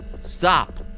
stop